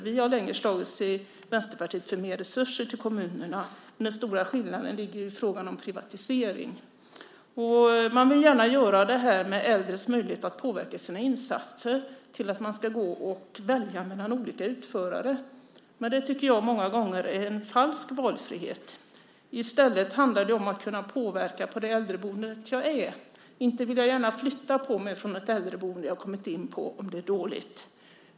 Vi i Vänsterpartiet har länge slagits för mer resurser till kommunerna. Men den stora skillnaden ligger i frågan om privatisering. Man vill gärna göra äldres möjligheter att påverka sina insatser till att de ska välja mellan olika utförare. Det tycker jag många gånger är en falsk valfrihet. I stället handlar det om att kunna påverka på det äldreboende jag är. Jag vill inte gärna flytta på mig från ett äldreboende jag kommit in på om det är dåligt.